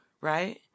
right